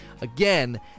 again